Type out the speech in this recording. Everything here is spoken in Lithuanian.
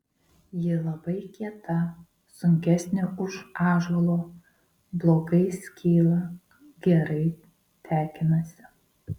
ji labai kieta sunkesnė už ąžuolo blogai skyla gerai tekinasi